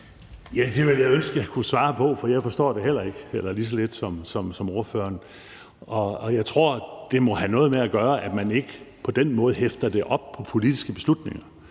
Det ville jeg ønske jeg kunne svare på, for jeg forstår det heller ikke, eller lige så lidt som ordføreren, og jeg tror, det må have noget at gøre med, at man ikke på den måde hæfter det op på politiske beslutninger,